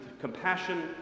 compassion